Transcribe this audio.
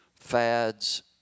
fads